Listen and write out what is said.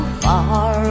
far